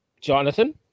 Jonathan